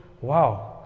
Wow